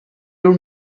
your